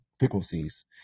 Frequencies